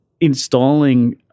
installing